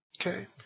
Okay